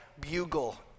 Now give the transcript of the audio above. bugle